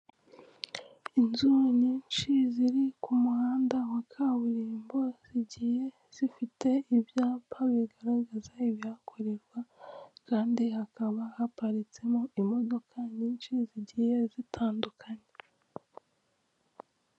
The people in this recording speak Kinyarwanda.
Inzu nyinshi ziri ku muhanda wa kaburimbo zigiye zifite ibyapa bigaragaza ibihakorerwa kandi hakaba haparitsemo imodoka nyinshi zigiye zitandukanye.